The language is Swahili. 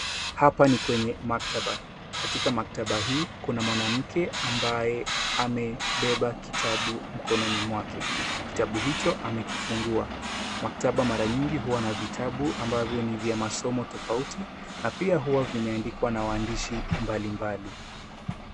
Hapa ni kwenye maktaba. Katika maktaba hii kuna mwanamke ambaye amebeba kitabu mkononi mwake. Kitabu hicho amekifungua. Maktaba mara nyingi huwa na vitabu ambavyo ni vya masomo tofauti na pia huwa vimeandikwa na waandishi mbalimbali.